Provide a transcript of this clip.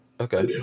Okay